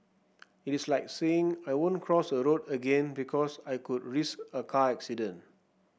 it is like saying I won't cross a road again because I could risk a car accident